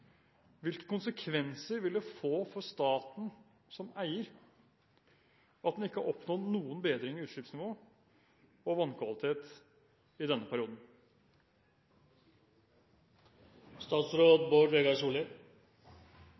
Hvilke konsekvenser vil det få for staten som eier at en ikke har oppnådd noen bedring i utslippsnivå og vannkvalitet i denne